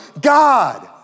God